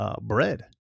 bread